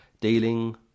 dealing